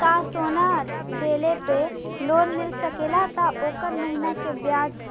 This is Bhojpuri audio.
का सोना देले पे लोन मिल सकेला त ओकर महीना के ब्याज